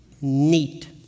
neat